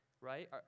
right